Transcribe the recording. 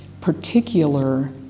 particular